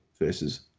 versus